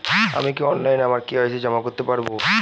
আমি কি অনলাইন আমার কে.ওয়াই.সি জমা করতে পারব?